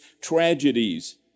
tragedies